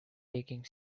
taking